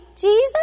Jesus